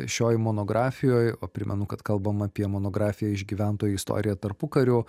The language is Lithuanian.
šioj monografijoj o primenu kad kalbam apie monografiją išgyventoji istorija tarpukariu